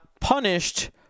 punished